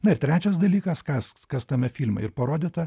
na ir trečias dalykas kas kas tame filme ir parodyta